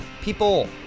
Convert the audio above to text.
people